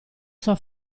sua